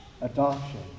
adoption